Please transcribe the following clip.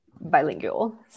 bilingual